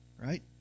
right